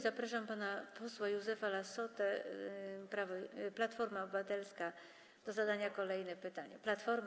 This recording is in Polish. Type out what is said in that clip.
Zapraszam pana posła Józefa Lassotę, Platforma Obywatelska, do zadania kolejnego pytania.